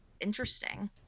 interesting